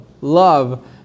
love